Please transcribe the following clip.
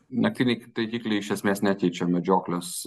naktiniai taikikliai iš esmės nekeičia medžioklės